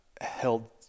held